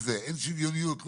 ואין שוויוניות לאסון מול זה.